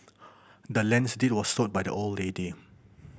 the land's deed was sold by the old lady